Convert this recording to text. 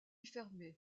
fermé